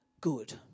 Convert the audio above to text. good